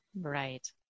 Right